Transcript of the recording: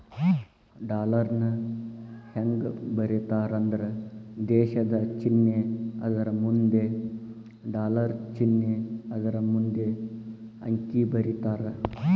ಡಾಲರ್ನ ಹೆಂಗ ಬರೇತಾರಂದ್ರ ದೇಶದ್ ಚಿನ್ನೆ ಅದರಮುಂದ ಡಾಲರ್ ಚಿನ್ನೆ ಅದರಮುಂದ ಅಂಕಿ ಬರೇತಾರ